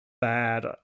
bad